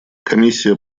комиссия